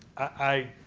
i